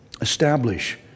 establish